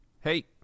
hey